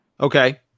Okay